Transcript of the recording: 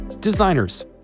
Designers